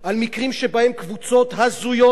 על מקרים שבהם קבוצות הזויות,